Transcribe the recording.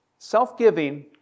Self-giving